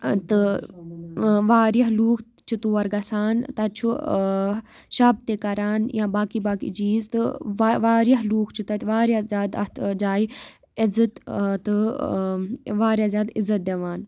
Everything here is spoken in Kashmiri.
تہٕ واریاہ لوٗکھ چھِ تور گَژھان تَتہِ چھُ شَب تہِ کَران یا باقٕے باقٕے چیٖز تہٕ واریاہ لوٗکھ چھِ تَتہِ واریاہ زیادٕ اَتھ جایہِ عزت تہٕ واریاہ زیادٕ عِزت دِوان